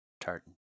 tartan